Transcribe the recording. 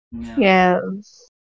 Yes